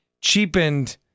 cheapened